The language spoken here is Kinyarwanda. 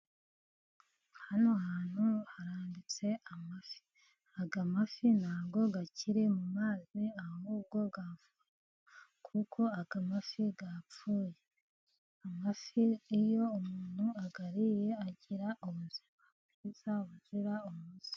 Hano hantu harambitse amafi, aya mafi ntabwo akiri mu mazi ahubwo yapfuye kuko aya mafi yapfuye, amafi iyo umuntu ayariye agira ubuzima bwiza buzira umuze.